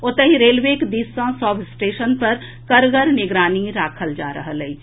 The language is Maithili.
ओतहि रेलवेक दिस सॅ सभ स्टेशन पर कड़गर निगरानी राखल जा रहल अछि